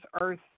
earth